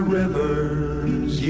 rivers